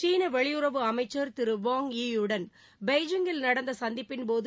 சீன வெளியுறவு அமைச்சர் திரு வாங் யீ வுடன் பெய்ஜிங்கில் நடந்த சந்திப்பின்போது